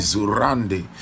Zurande